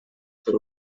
per